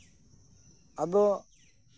ᱟᱫᱚ